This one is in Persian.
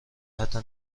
حتی